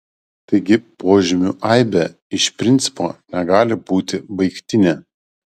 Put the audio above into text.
taigi požymių aibė iš principo negali būti baigtinė